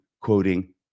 quoting